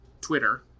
Twitter